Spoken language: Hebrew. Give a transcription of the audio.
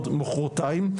מחרותים,